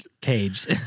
cage